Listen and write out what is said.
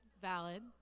Valid